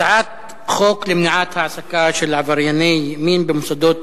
הצעת חוק למניעת העסקה של עברייני מין במוסדות